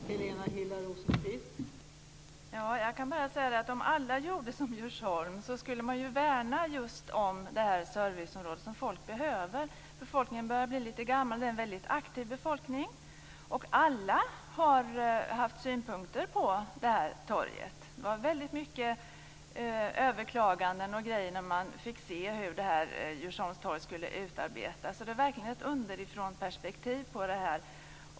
Fru talman! Jag kan bara säga att om alla gjorde som Djursholm skulle man värna om det serviceområde som folk behöver. Befolkningen börjar bli lite gammal. Det är en mycket aktiv befolkning, och alla har haft synpunkter på torget. Det var mycket överklaganden när man fick se hur Djursholms torg skulle utarbetas, så det är verkligen ett underifrånperspektiv på det här.